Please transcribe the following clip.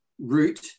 route